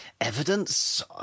evidence